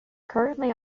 currently